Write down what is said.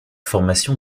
formation